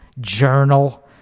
journal